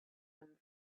him